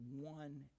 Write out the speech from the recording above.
one